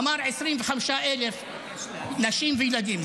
הוא אמר: 25,000 נשים וילדים.